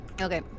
Okay